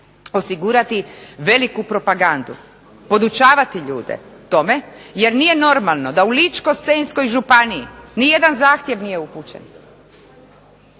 osigurati veliku propagandu, podučavati ljude tome jer nije normalno da u Ličko-senjskoj županiji nijedan zahtjev nije upućen,